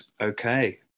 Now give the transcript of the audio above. Okay